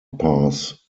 pass